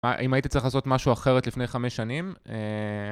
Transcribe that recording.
אם הייתי צריך לעשות משהו אחרת לפני חמש שנים?